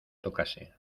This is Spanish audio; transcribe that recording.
tocase